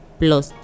plus